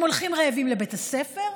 הם הולכים רעבים לבית הספר,